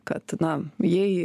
kad na jei